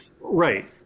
Right